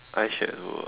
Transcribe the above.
eyeshadow ah